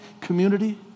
community